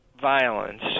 violence